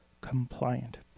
compliant